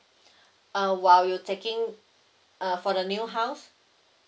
uh while you taking uh for the new house